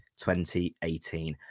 2018